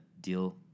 deal